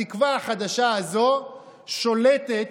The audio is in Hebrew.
התקווה החדשה הזאת שולטת